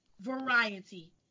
variety